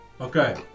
Okay